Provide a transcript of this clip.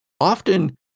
Often